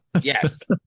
Yes